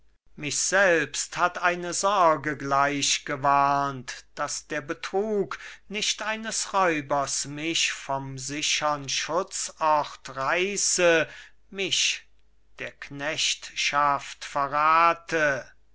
mich selbst hat eine sorge gleich gewarnt daß der betrug nicht eines räubers mich vom sichern schutzort reiße mich der knechtschaft verrathe